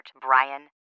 Brian